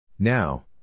Now